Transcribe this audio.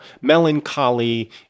melancholy